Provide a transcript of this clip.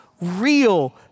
real